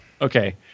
Okay